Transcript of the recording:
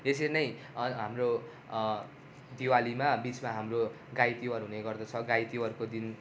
यसरी नै हाम्रो दिवालीमा बिचमा हाम्रो गाई तिहार हुने गर्दछ गाई तिहारको दिन